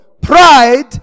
Pride